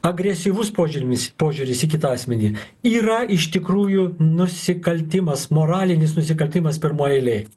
agresyvus požiūrimis požiūris į kitą asmenį yra iš tikrųjų nusikaltimas moralinis nusikaltimas pirmoj eilėj